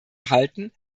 halten